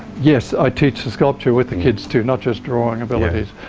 yes i teach the sculpture with the kids too. not just drawing abilities.